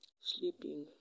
sleeping